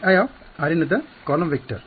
Ei the column vector